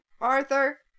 Arthur